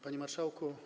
Panie Marszałku!